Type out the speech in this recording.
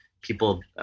people